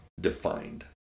defined